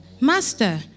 Master